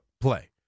play